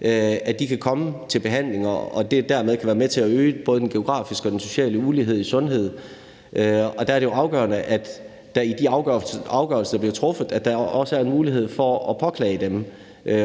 ikke kan komme til behandlinger, og at det dermed kan være med til at øge både den geografiske og den sociale ulighed i sundhed. Der er det jo afgørende, at der i de afgørelser, der bliver truffet, også er en mulighed for at påklage dem,